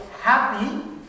happy